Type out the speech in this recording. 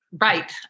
Right